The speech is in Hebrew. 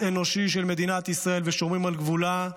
אנושי של מדינת ישראל ושומרים על גבולה,